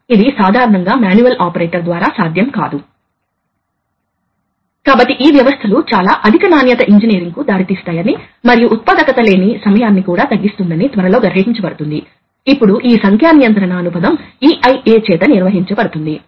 ఇప్పుడు ఇది సాధారణంగా ఉంది ఒక ప్రయోజనం ఉంది ఈ రెండు కేసులను మీటర్ ఇన్ ఫ్లో కంట్రోల్ మరియు మీటర్ అవుట్ ఫ్లో కంట్రోల్ అని పిలుస్తారు కాబట్టి మీరు ఫ్లో కంట్రోల్ వాల్వ్ను ఇన్కమింగ్ గాలి ప్రవాహం ఉంచినప్పుడు మీటర్ ఇన్ మరియు అవుట్గోయింగ్ వాయు ప్రవాహంలో ఉంచినప్పుడు మీటర్ అవుట్ అవుతుంది